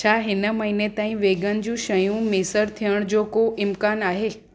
छा हिन महीने ताईं वेगन जूं शयूं मुयसरु थियण जो को इम्कानु आहे